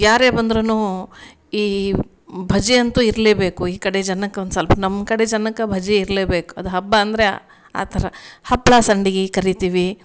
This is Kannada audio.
ಯಾರೇ ಬಂದ್ರೂ ಈ ಭಜ್ಜಿಯಂತೂ ಇರಲೇಬೇಕು ಈ ಕಡೆ ಜನಕ್ಕೊಂದು ಸ್ವಲ್ಪ ನಮ್ಕಡೆ ಜನಕ್ಕೆ ಭಜ್ಜಿ ಇರಲೇಬೇಕು ಅದು ಹಬ್ಬ ಅಂದರೆ ಆ ಥರ ಹಪ್ಳ ಸಂಡಿಗೆ ಕರಿತೀವಿ